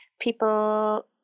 people